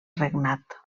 regnat